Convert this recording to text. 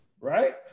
Right